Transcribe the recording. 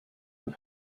have